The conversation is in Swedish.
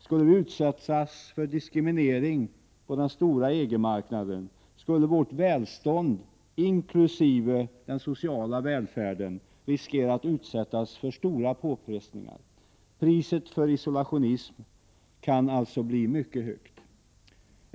Skulle vi utsättas för diskriminering på den stora EG-marknaden skulle vårt välstånd inkl. den sociala välfärden riskera att drabbas av stora påfrestningar. Priset för isolationism kan alltså bli mycket högt.